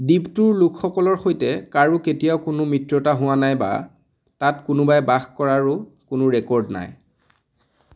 দ্বীপটোৰ লোকসকলৰ সৈতে কাৰো কেতিয়াও কোনো মিত্ৰতা হোৱা নাই বা তাত কোনোবাই বাস কৰাৰো কোনো ৰেকৰ্ড নাই